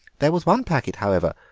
there was one packet, however,